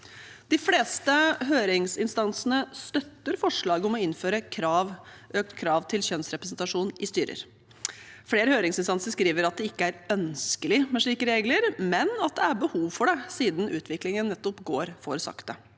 De fleste høringsinstansene støtter forslaget om å innføre økt krav til kjønnsrepresentasjon i styrer. Flere høringsinstanser skriver at det ikke er ønskelig med slike regler, men at det er behov for det siden utviklingen går for sakte.